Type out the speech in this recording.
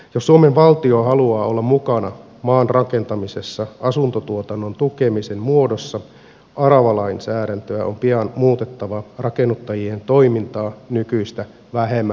jos suomen valtio haluaa olla mukana maan rakentamisessa asuntotuotannon tukemisen muodossa aravalainsäädäntöä on pian muutettava rakennuttajien toimintaa nykyistä vähemmän rajoittavaksi